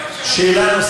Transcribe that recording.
יש לי עוד שאלה.